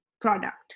product